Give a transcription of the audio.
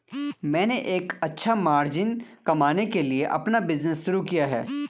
मैंने एक अच्छा मार्जिन कमाने के लिए अपना बिज़नेस शुरू किया है